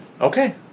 Okay